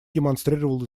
демонстрировал